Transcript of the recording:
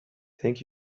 thank